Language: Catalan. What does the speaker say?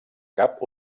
cap